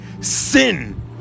sin